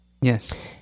Yes